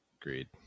Agreed